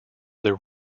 their